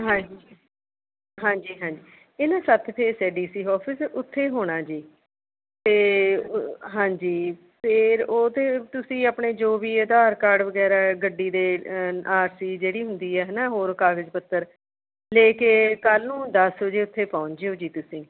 ਹਾਂਜੀ ਹਾਂਜੀ ਹਾਂਜੀ ਇਹ ਨਾ ਸੱਤ ਫੇਜ਼ ਹੈ ਡੀ ਸੀ ਔਫ਼ਿਸ ਉੱਥੇ ਹੋਣਾ ਜੀ ਅਤੇ ਹਾਂਜੀ ਫਿਰ ਉਹਤੇ ਤੁਸੀਂ ਆਪਣੇ ਜੋ ਵੀ ਅਧਾਰ ਕਾਰਡ ਵਗੈਰਾ ਗੱਡੀ ਦੇ ਆਰ ਸੀ ਜਿਹੜੀ ਹੁੰਦੀ ਹੈ ਹੈ ਨਾ ਹੋਰ ਕਾਗਜ਼ ਪੱਤਰ ਲੈ ਕੇ ਕੱਲ੍ਹ ਨੂੰ ਦਸ ਵਜੇ ਉੱਥੇ ਪਹੁੰਚ ਜਿਓ ਜੀ ਤੁਸੀਂ